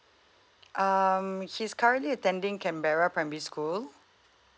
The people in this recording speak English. um she's currently attending canberra primary school